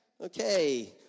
Okay